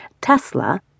Tesla